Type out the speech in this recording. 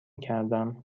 کردم